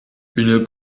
une